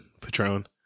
patron